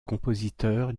compositeur